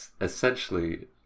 Essentially